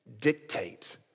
dictate